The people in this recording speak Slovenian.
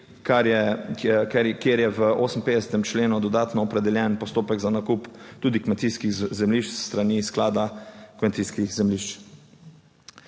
kjer je v 58. členu dodatno opredeljen postopek za nakup tudi kmetijskih zemljišč s strani Sklada kmetijskih zemljišč.